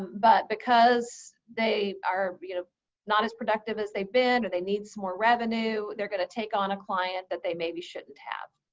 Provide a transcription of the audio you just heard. but because they are not as productive as they've been or they need some more revenue, they're going to take on a client that they maybe shouldn't have.